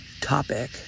topic